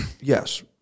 yes